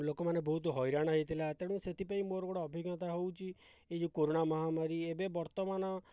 ଲୋକମାନେ ବହୁତ ହଇରାଣ ହୋଇଥିଲେ ତେଣୁ ସେଥିପାଇଁ ମୋର ଗୋଟିଏ ଅଭିଜ୍ଞତା ହେଉଛି ଏହି ଯେଉଁ କରୋନା ମହାମାରୀ ଏବେ ବର୍ତ୍ତମାନ